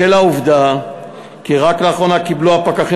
בשל העובדה שרק לאחרונה קיבלו הפקחים